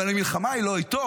אבל המלחמה היא לא איתו.